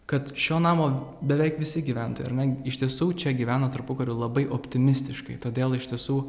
kad šio namo beveik visi gyventojai ar ne iš tiesų čia gyveno tarpukariu labai optimistiškai todėl iš tiesų